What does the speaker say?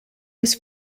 was